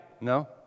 No